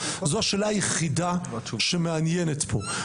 זו השאלה היחידה שמעניינת פה.